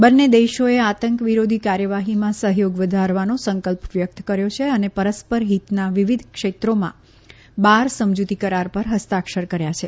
બંને દેશોએ આતંક વિરોધી કાર્યવાહીમાં સહયોગ વધારવાનો સંકલ્પ વ્યક્ત કર્યો છે અને પરસ્પર હિતના વિવિધ ક્ષેત્રોમાં બાર સમજૂતી કરાર પર હસ્તાક્ષર રક્યા છે